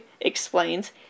explains